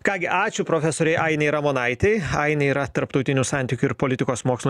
ką gi ačiū profesorei ainei ramonaitei ainė yra tarptautinių santykių ir politikos mokslų